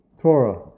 Torah